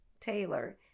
Taylor